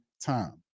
time